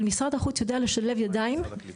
אבל משרד החוץ יודע לשלב ידיים